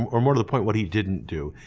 or, more to to point, what he didn't do.